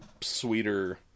sweeter